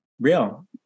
Real